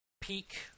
peak –